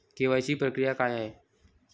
KYC प्रक्रिया काय आहे?